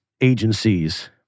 agencies